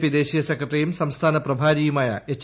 P ദേശീയ സെക്രട്ടറിയും സംസ്ഥാന പ്രഭാരിയുമായ എച്ച്